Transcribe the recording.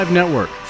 Network